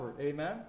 Amen